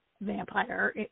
vampire